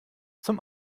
zum